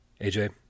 AJ